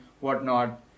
whatnot